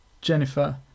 Jennifer